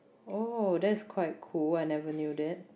oh that is quite cool I never knew that